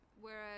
whereas